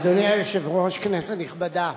אדוני היושב-ראש, כנסת נכבדה,